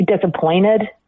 disappointed